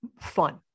fun